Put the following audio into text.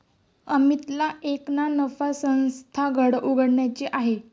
अमितला एक ना नफा संस्था उघड्याची आहे